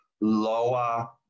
lower